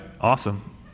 awesome